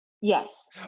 yes